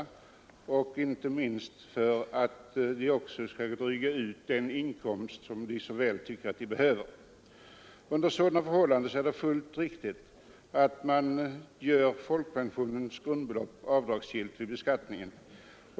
Dessutom kan ju inkomsterna av ett arbete dryga ut pensionen, vilket de väl behöver. Under sådana förhållanden är det fullt riktigt att göra folkpensionens grundbelopp avdragsgillt vid beskattningen.